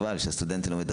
ביניכם.